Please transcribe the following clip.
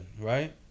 right